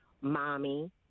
mommy